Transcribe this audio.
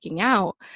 out